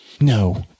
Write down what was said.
No